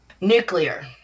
Nuclear